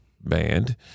band